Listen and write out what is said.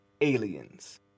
Aliens